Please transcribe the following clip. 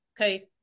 Okay